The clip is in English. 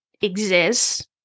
exists